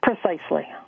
Precisely